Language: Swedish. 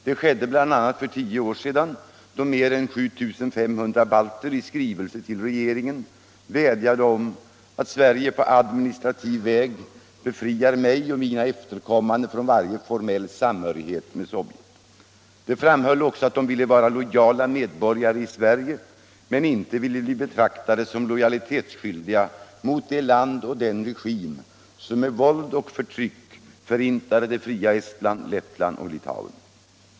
Det skedde bl.a. för tio år sedan, då mer än 7 500 balter i skrivelse till regeringen vädjade om att ”Sverige på administrativ väg befriar mig och mina efterkommande från varje formell samhörighet med Sovjet”. De framhöll att de ville vara lojala medborgare i Sverige men inte ville bli betraktade som ”lojalitetsskyldiga mot det land och den regim som med våld och förtryck förintade det fria Estland, Lettland och Litauen”.